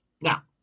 Now